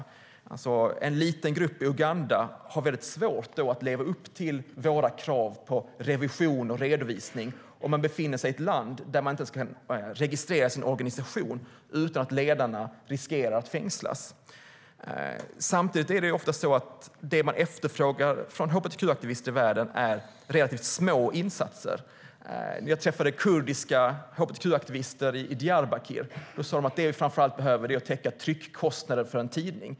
Exempelvis har en liten grupp i Uganda mycket svårt att leva upp till våra krav på revision och redovisning eftersom man befinner sig i ett land där man inte ens kan registrera sin organisation utan att ledarna riskerar att fängslas. Samtidigt är det ofta så att det som man efterfrågar från hbtq-aktivister i världen är relativt små insatser. När jag träffade kurdiska hbtq-aktivister i Diyarbakir sade de att det som de framför allt behöver är att kunna täcka tryckkostnader för en tidning.